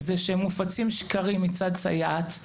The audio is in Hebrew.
שמופצים שקרים מצד סייעת,